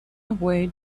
away